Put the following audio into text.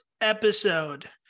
episode